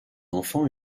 enfant